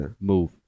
move